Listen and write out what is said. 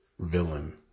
villain